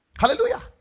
Hallelujah